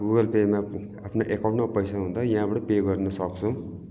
Google पेमा आफ्नु एकाउन्टमा पैसा हुँदा यहाँबाट पे गर्न सक्छौँ